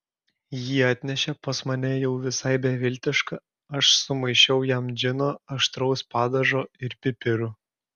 jį atnešė pas mane jau visai beviltišką aš sumaišiau jam džino aštraus padažo ir pipirų